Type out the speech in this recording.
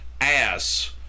Ass